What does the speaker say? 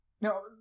now